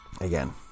again